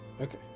okay